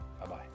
Bye-bye